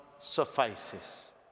suffices